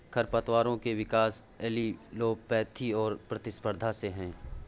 खरपतवारों के विकास एलीलोपैथी और प्रतिस्पर्धा से है